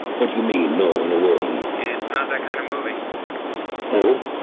what do you mean no in a world? it's not that kind of movie oh?